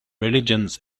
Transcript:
religions